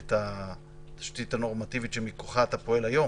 את התשתית הנורמטיבית שמכוחה אתה פועל היום.